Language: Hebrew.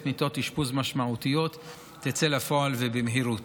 מיטות אשפוז משמעותית תצא לפועל ובמהירות.